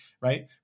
right